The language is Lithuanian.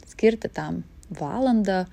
skirti tam valandą